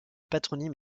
patronyme